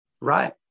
right